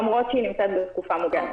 למרות שהיא נמצאת בתקופה מוגנת.